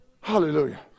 Hallelujah